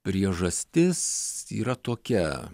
priežastis yra tokia